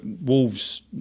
Wolves